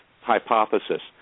hypothesis